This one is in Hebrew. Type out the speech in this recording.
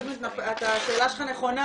השאלה שלך נכונה,